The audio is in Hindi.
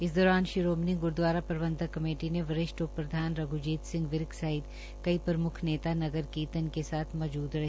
इस दौरान शिरोमणी गुरूद्वारा प्रबंधक कमेटी के वरिष्ठ उप प्रधान रघुजीत सिंह विक सहित कई प्रमुख नेता नगर कीर्तन के साथ मौजूद रहे